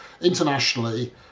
internationally